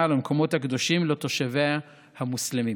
על המקומות הקדושים לתושביה המוסלמים.